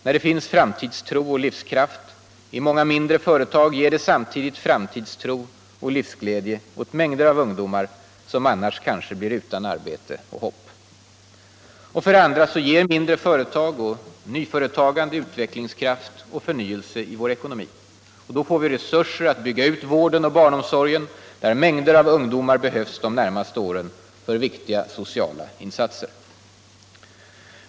När det finns framtidstro och livskraft i många mindre företag ger det sam tidigt framtidstro och livsglädje åt mängder av ungdomar, som annars kanske blir utan arbete och hopp. För det andra ger mindre företag och nyföretagande utvecklingskraft och förnyelse i vår ekonomi. Då får vi resurser att bygga ut vården och barnomsorgen, där mängder av ungdomar behövs de närmaste åren för viktiga sociala insatser.